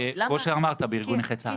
כמו שאמרת, בארגון נכי צה"ל.